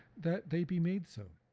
that they be made so.